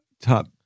top